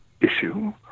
issue